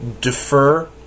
defer